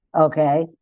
Okay